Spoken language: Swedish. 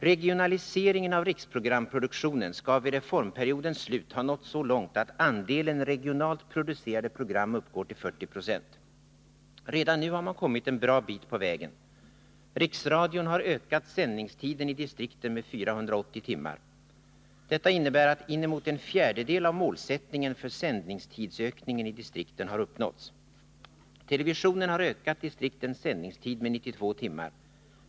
Regionaliseringen av riksprogramproduktionen skall vid reformperiodens slut ha nått så långt att andelen regionalt producerade program uppgår till 40 20. Redan nu har man kommit en bra bit på vägen. Riksradion har ökat sändningstiden i distrikten med 480 timmar. Detta innebär att inemot en fjärdedel av målet för sändningstidsökningen i distrikten uppnåtts. Televisionen har ökat distriktens sändningstid med 92 timmar.